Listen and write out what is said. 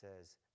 says